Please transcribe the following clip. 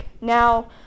now